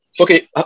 Okay